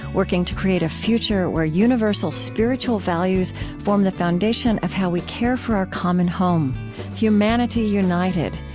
working to create a future where universal spiritual values form the foundation of how we care for our common home humanity united,